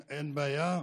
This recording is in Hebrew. אין בעיה,